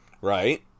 right